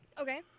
Okay